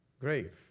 grave